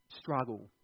struggle